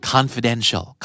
Confidential